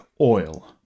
oil